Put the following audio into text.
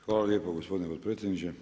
Hvala lijepo gospodine potpredsjedniče.